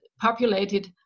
populated